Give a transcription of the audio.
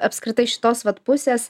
apskritai šitos vat pusės